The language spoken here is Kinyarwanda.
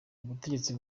ubutegetsi